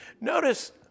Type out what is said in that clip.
Notice